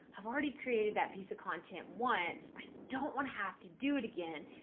i've already created that piece of content once. i don't want to have to do it again.